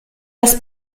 das